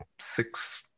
six